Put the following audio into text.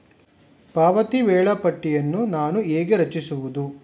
ಪಾವತಿ ವೇಳಾಪಟ್ಟಿಯನ್ನು ನಾನು ಹೇಗೆ ರಚಿಸುವುದು?